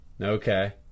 Okay